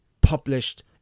published